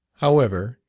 however,